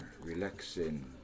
relaxing